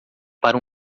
para